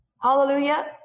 Hallelujah